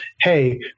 hey